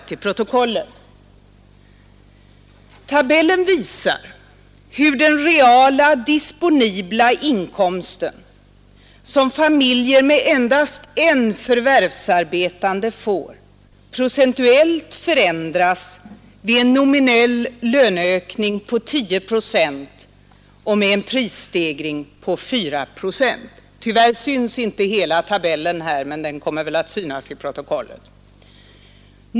Tabellen visar hur den reala disponibla inkomsten, som familjer med endast en förvärvsarbetande får, procentuellt förändras vid en nominell löneökning på 10 procent och med en prisstegring på 4,5 procent.